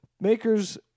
Makers